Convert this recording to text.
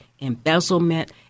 embezzlement